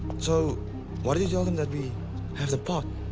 so why did tell them that we have the pot?